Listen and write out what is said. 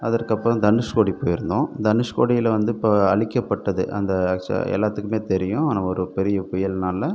அதற்கப்புறம் தனுஷ்கோடி போயிருந்தோம் தனுஷ்கோடியில் வந்து இப்போ அழிக்கப்பட்டது அந்த எல்லாத்துக்குமே தெரியும் ஒரு பெரிய புயலினால